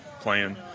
playing